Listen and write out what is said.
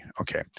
Okay